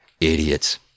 Idiots